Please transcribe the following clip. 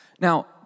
Now